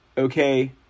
Okay